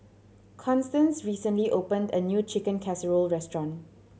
Constance recently opened a new Chicken Casserole restaurant